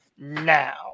now